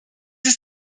ist